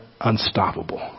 unstoppable